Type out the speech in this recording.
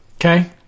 okay